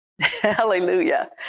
Hallelujah